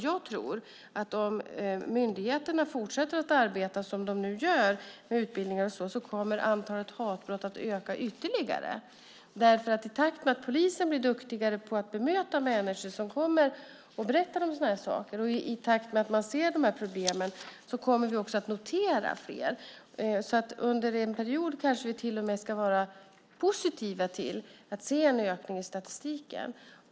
Jag tror att om myndigheterna fortsätter att arbeta som de nu gör med utbildningar och så vidare kommer antalet hatbrott att öka ytterligare, för i takt med att polisen blir duktigare på att bemöta människor som kommer och berättar om sådant och i takt med att man ser problemen kommer vi också att notera fler av dem. Under en period kanske vi till och med kan se det som positivt att det blir en ökning i statistiken.